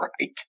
right